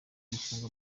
gufunga